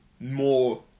more